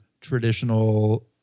traditional